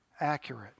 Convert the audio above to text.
accurate